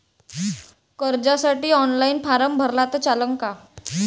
कर्जसाठी online form भरला तर चालन का?